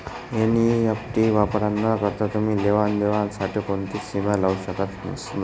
NEFT वापराना करता तुमी लेवा देवा साठे कोणतीच सीमा लावू शकतस नही